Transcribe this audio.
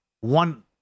one